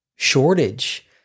Shortage